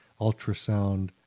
ultrasound